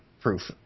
proof